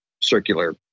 circular